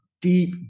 deep